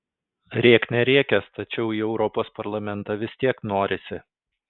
rėk nerėkęs tačiau į europos parlamentą vis tiek norisi